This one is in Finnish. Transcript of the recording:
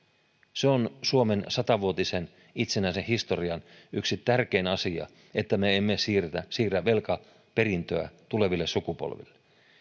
se on suomen sata vuotisen itsenäisen historian yksi tärkein asia että me emme siirrä velkaperintöä tuleville sukupolville